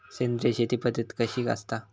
सेंद्रिय शेती पद्धत कशी असता?